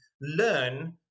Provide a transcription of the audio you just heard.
learn